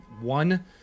one